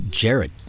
Jared